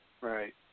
Right